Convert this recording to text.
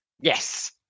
yes